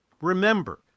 Remember